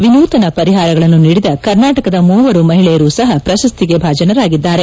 ವಿನೂತನ ಪರಿಹಾರಗಳನ್ನು ನೀಡಿದ ಕರ್ನಾಟಕದ ಮೂವರು ಮಹಿಳೆಯರು ಸಹ ಪ್ರಶಸ್ತಿಗೆ ಭಾಜನರಾಗಿದ್ದಾರೆ